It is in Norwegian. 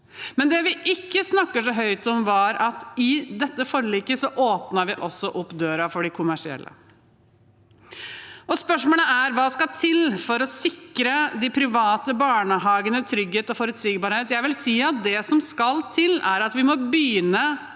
Det vi ikke snakker så høyt om, var at i dette forliket åpnet vi også opp døren for de kommersielle. Spørsmålet er: Hva skal til for å sikre de private barnehagene trygghet og forutsigbarhet? Jeg vil si at det som skal til, er at vi må begynne